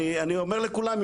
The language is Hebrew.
אני אומר לכולם,